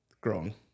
growing